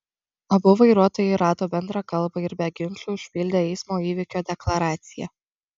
abu vairuotojai rado bendrą kalbą ir be ginčų užpildė eismo įvykio deklaraciją